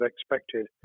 expected